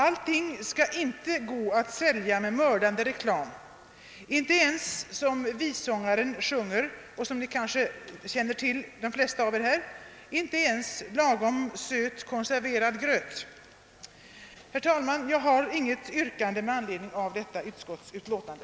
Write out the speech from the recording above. Allting skall inte gå att sälja med mördande reklam, inte ens som vissångaren sjunger — så som kanske de flesta av oss här känner till — lagom söt konserverad gröt. Herr talman! Jag har inget yrkande med anledning av detta utskottsutlåtande.